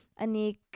Anik